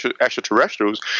extraterrestrials